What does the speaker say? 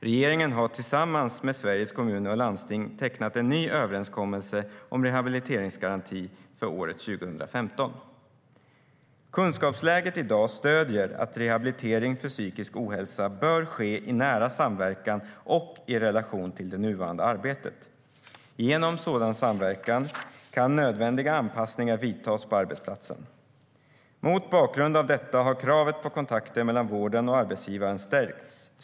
Regeringen har tillsammans med Sveriges Kommuner och Landsting tecknat en ny överenskommelse om rehabiliteringsgaranti för året 2015.Kunskapsläget i dag stöder att rehabilitering för psykisk ohälsa bör ske i nära samverkan med och i relation till det nuvarande arbetet. Genom sådan samverkan kan nödvändiga anpassningar göras på arbetsplatsen. Mot bakgrund av detta har kravet på kontakter mellan vården och arbetsgivaren stärkts.